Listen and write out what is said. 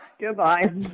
Goodbye